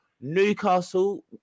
Newcastle